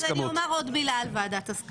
אז אני אומר עוד מילה על ועדת הסכמות.